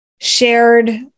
shared